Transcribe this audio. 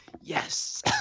yes